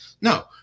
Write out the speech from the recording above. No